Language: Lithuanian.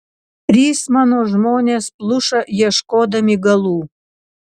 trys mano žmonės pluša ieškodami galų